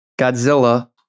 Godzilla